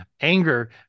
anger